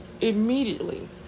immediately